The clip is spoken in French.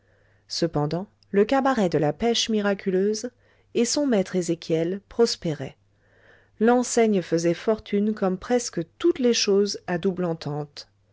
cependant le cabaret de la pèche miraculeuse et son maître ezéchiel prospéraient l'enseigne faisait fortune comme presque toutes les choses à double entente